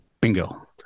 Bingo